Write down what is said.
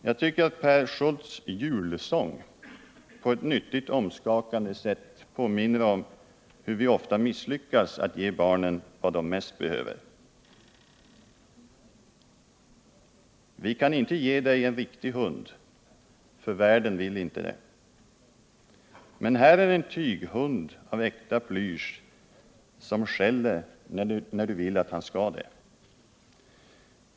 Jag tycker att Per Schultz Julsång på ett nyttigt omskakande sätt påminner om hur vi ofta misslyckas att ge barnen vad de mest behöver. Vi kan inte ge dig en riktig hund för värden vill inte ha det Men här är en tyghund av äkta plysch som skäller när du vill att han ska det.